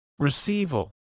receival